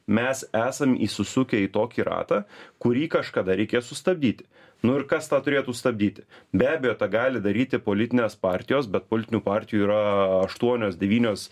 mes esam įsisukę į tokį ratą kurį kažkada reikės sustabdyti nu ir kas tą turėtų stabdyti be abejo tą gali daryti politinės partijos bet politinių partijų yra aštuonios devynios